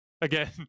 again